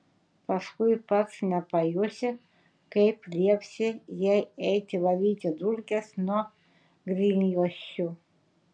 paskui pats nepajusi kaip liepsi jai eiti valyti dulkes nuo grindjuosčių